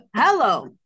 hello